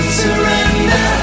surrender